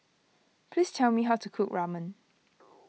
please tell me how to cook Ramen